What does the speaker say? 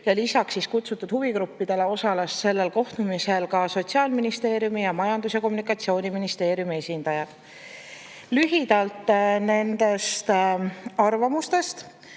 Lisaks kutsutud huvigruppidele osalesid sellel kohtumisel ka Sotsiaalministeeriumi ja Majandus‑ ja Kommunikatsiooniministeeriumi esindajad. Lühidalt nendest arvamustest,